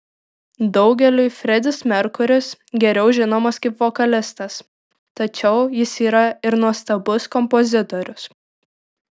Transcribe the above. daugeliui fredis merkuris geriau žinomas kaip vokalistas tačiau jis yra ir nuostabus kompozitorius